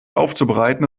aufzubereiten